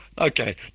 okay